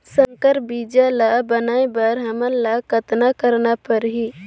संकर बीजा ल बनाय बर हमन ल कतना करना परही?